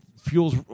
fuels